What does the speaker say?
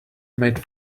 made